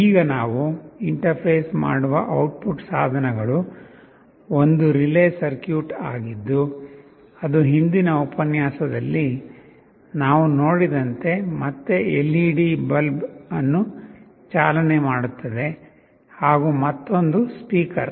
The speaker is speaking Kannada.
ಈಗ ನಾವು ಇಂಟರ್ಫೇಸ್ ಮಾಡುವ ಔಟ್ಪುಟ್ ಸಾಧನಗಳು ಒಂದು ರಿಲೇ ಸರ್ಕ್ಯೂಟ್ ಆಗಿದ್ದು ಅದು ಹಿಂದಿನ ಉಪನ್ಯಾಸದಲ್ಲಿ ನಾವು ನೋಡಿದಂತೆ ಮತ್ತೆ ಎಲ್ಇಡಿ ಬಲ್ಬ್ ಅನ್ನು ಚಾಲನೆ ಮಾಡುತ್ತದೆ ಹಾಗು ಮತ್ತೊಂದು ಸ್ಪೀಕರ್